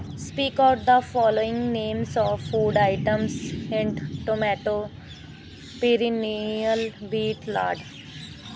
speak out the following names of food items hint tomato perennial beet ਲਾਡ